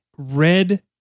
red